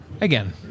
again –